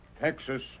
Texas